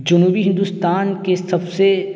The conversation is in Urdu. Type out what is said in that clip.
جنوبی ہندوستان کے سب سے